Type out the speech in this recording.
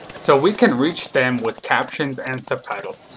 so, we can reach them with captions and subtitles.